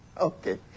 okay